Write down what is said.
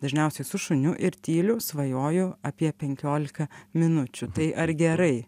dažniausiai su šuniu ir tyliu svajoju apie penkiolika minučių tai ar gerai